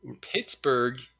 Pittsburgh